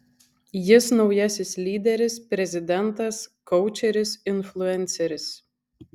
jis naujasis lyderis prezidentas koučeris influenceris